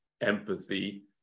empathy